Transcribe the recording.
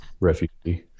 Refugee